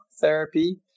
therapy